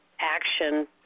Action